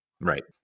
Right